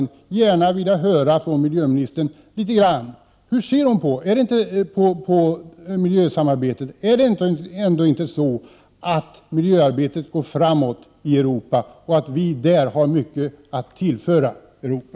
Jag skulle vilja fråga miljöministern om det ändå inte är så att miljösamarbetet går framåt i Europa och om vi inte på det området har mycket att tillföra Europa.